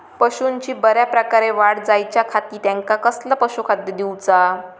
पशूंची बऱ्या प्रकारे वाढ जायच्या खाती त्यांका कसला पशुखाद्य दिऊचा?